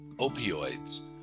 opioids